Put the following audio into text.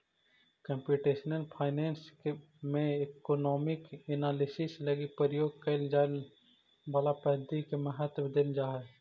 computational finance में economic analysis लगी प्रयोग कैल जाए वाला पद्धति के महत्व देल जा हई